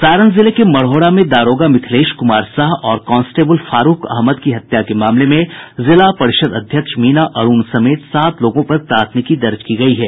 सारण जिले के मढ़ौरा में दारोगा मिथिलेश कुमार साह और कांस्टेबल फारुख अहमद की हत्या के मामले में जिला परिषद अध्यक्ष मीना अरुण समेत सात लोगों पर प्राथमिकी दर्ज की गई है